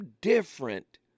different